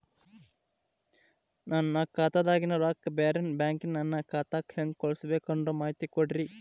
ನನ್ನ ಖಾತಾದಾಗಿನ ರೊಕ್ಕ ಬ್ಯಾರೆ ಬ್ಯಾಂಕಿನ ನನ್ನ ಖಾತೆಕ್ಕ ಹೆಂಗ್ ಕಳಸಬೇಕು ಅನ್ನೋ ಮಾಹಿತಿ ಕೊಡ್ರಿ?